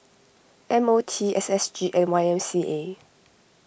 M O T S S G and Y M C A